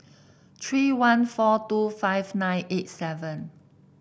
three one four two five nine eight seven